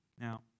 Now